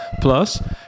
Plus